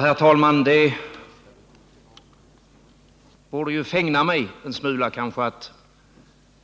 Herr talman! Det borde kanske fägna mig en smula att